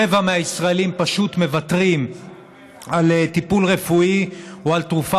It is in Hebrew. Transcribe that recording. רבע מהישראלים פשוט מוותרים על טיפול רפואי או על תרופה,